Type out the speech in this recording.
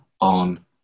on